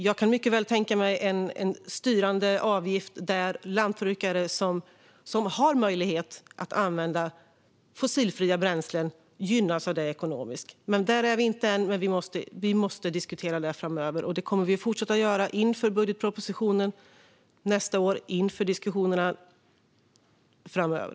Jag kan mycket väl tänka mig en styrande avgift där lantbrukare som har möjlighet att använda fossilfria bränslen gynnas av det ekonomiskt. Där är vi inte än, men vi måste diskutera det framöver. Det kommer vi att fortsätta att göra inför budgetpropositionen nästa år och inför diskussionerna framöver.